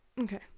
Okay